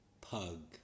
pug